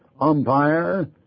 umpire